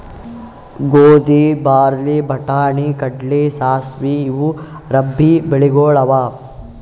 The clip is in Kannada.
ಗೋಧಿ, ಬಾರ್ಲಿ, ಬಟಾಣಿ, ಕಡ್ಲಿ, ಸಾಸ್ವಿ ಇವು ರಬ್ಬೀ ಬೆಳಿಗೊಳ್ ಅವಾ